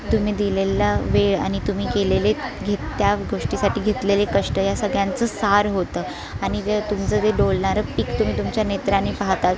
तुम्ही दिलेला वेळ आणि तुम्ही केलेले घे त्या गोष्टीसाठी घेतलेले कष्ट या सगळ्यांचं सार होतं आणि व्य तुमचं जे डोलणारं पीक तुम्ही तुमच्या नेत्रांनी पाहता